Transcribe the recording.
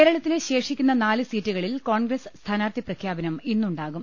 കേരളത്തിലെ ശേഷിക്കുന്ന നാല് സീറ്റുകളിൽ കോൺഗ്രസ് സ്ഥാനാർത്ഥി പ്രഖ്യാപനം ഇന്നുണ്ടാകും